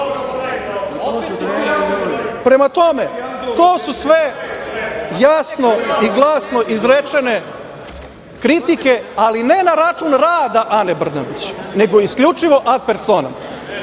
nama. Prema tome, to su sve jasno i glasno izrečene kritike, ali ne na račun rada Ane Brnabić, nego isključivo "ad personam".